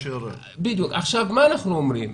בדיוק, מה אנחנו אומרים?